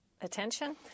attention